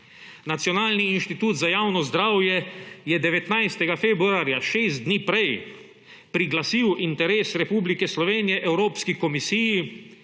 Nacionalni inštitut za javno zdravje je 19. februarja, 6 dni prej, priglasil interes Republike Slovenije Evropski komisiji